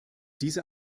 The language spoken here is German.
diese